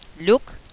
Look